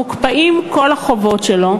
מוקפאים כל החובות שלו,